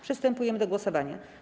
Przystępujemy do głosowania.